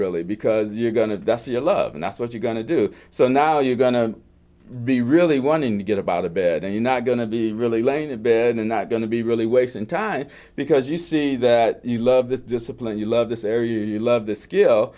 really because you're going to dust your love and that's what you're going to do so now you're going to be really wanting to get about a bed and you're not going to be really laying in bed and not going to be really wasting time because you see that you love the discipline you love this area love the skill